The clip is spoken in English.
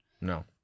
No